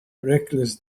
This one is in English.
reckless